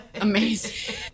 Amazing